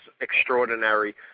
extraordinary